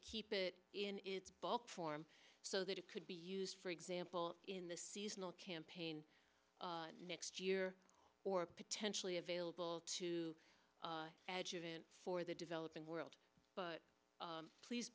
keep it in bulk form so that it could be used for example in the seasonal campaign next year or potentially available to for the developing world but please